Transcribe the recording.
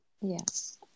Yes